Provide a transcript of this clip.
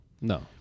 No